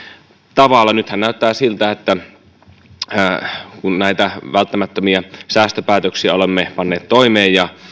tavalla nythän näyttää siltä kun näitä välttämättömiä säästöpäätöksiä olemme panneet toimeen ja